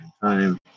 time